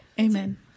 Amen